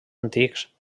antics